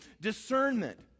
discernment